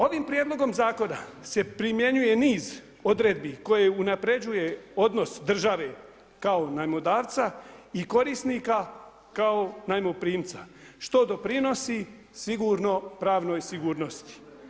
Ovim prijedlogom zakona se primjenjuje niz odredbi koje unapređuje odnos države kao najmodavca i korisnika kao najmoprimca što doprinosi sigurno pravnoj sigurnosti.